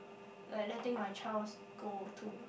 like letting my child's go to